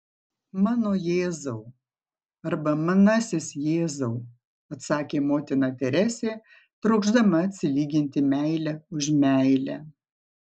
mano jėzau arba manasis jėzau atsakė motina teresė trokšdama atsilyginti meile už meilę